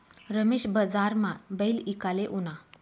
रमेश बजारमा बैल ईकाले ऊना